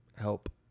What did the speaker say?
help